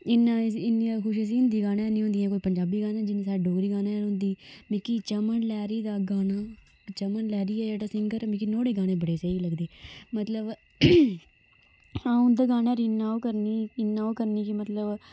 इन्ना इन्नियां खुशी असेंगी हिंदी गाने दी नी होंदी कोई पंजाबी गाने दी नी हुंदी जिन्नी खुशी स्हाड़े डोगरी गाने दी हुंदी मिकी चमन लैहरी दा गाना चमन लैहरी ऐ जेड़ा सिंगर मिगी नोआड़े गाने बड़े स्हेई लगदे मतलब आउं उंदा गाना इन्ना ओह् करनी इन्ना ओह् करनी की मतलब